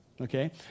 Okay